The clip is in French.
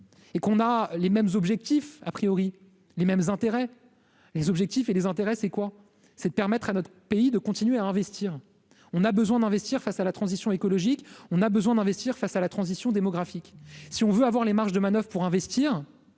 et qu'on a les mêmes objectifs a priori les mêmes intérêts, les objectifs et désintéressés, quoi, c'est de permettre à notre pays de continuer à investir, on a besoin d'investir, face à la transition écologique, on a besoin d'investir, face à la transition démographique, si on veut avoir les marges de manoeuvre pour investir